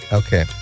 okay